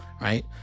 right